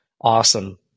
awesome